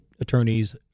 attorneys